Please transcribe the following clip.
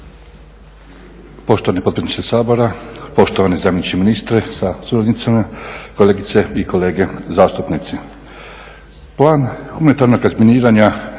Poštovani potpredsjedniče Sabora, poštovani zamjeniče ministra sa suradnicom. Kolegice i kolege zastupnici. Plan humanitarnog razminiranja